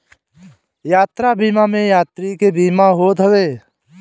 यात्रा बीमा में यात्री के बीमा होत हवे